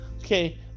Okay